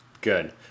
good